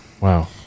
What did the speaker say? Wow